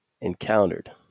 encountered